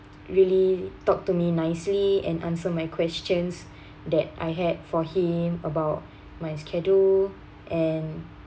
really talk to me nicely and answer my questions that I had for him about my schedule and